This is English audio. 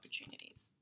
opportunities